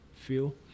feel